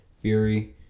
Fury